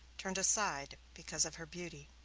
turned aside because of her beauty.